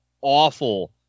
awful